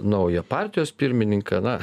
naują partijos pirmininką na